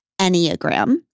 Enneagram